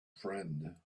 friend